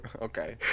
Okay